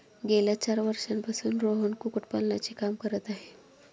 गेल्या चार वर्षांपासून रोहन कुक्कुटपालनाचे काम करत आहे